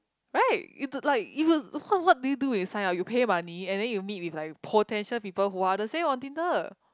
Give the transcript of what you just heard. right you do like you what do you do with sign up you pay money and then you meet with like potential people who are the same on Tinder